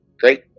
Great